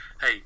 hey